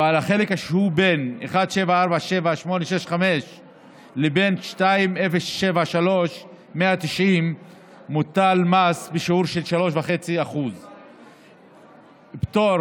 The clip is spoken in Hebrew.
ועל החלק בין 1,747,865 לבין 2,073,190 מוטל מס בשיעור של 3.5%. פטור